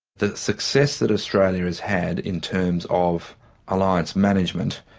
the success that australia has had in terms of alliance management,